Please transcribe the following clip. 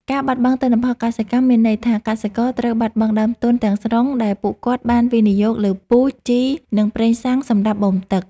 ការបាត់បង់ទិន្នផលកសិកម្មមានន័យថា កសិករត្រូវបាត់បង់ដើមទុនទាំងស្រុងដែលពួកគាត់បានវិនិយោគលើពូជ ជី និងប្រេងសាំងសម្រាប់បូមទឹក។